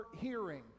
hearing